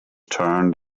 turned